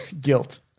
Guilt